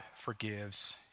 forgives